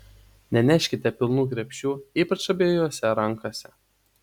neneškite pilnų krepšių ypač abiejose rankose